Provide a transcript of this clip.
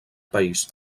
país